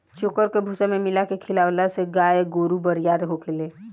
चोकर के भूसा में मिला के खिआवला से गाय गोरु बरियार होले